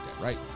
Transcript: right